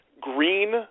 green